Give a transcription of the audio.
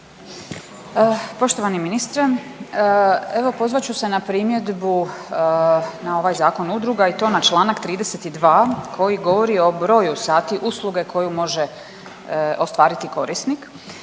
Poštovani ministre, evo pozvat ću se na primjedbu na ovaj zakon udruga i to na Članak 32. koji govori o broju sati usluge koju može ostvariti korisnik.